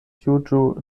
juĝu